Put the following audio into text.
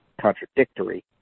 contradictory